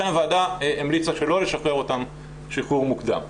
הוועדה המליצה שלא לשחרר אותם שחרור מוקדם.